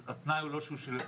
התנאי הוא לא שהוא שילם